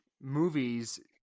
movies